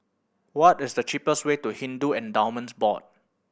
what is the cheapest way to Hindu Endowments Board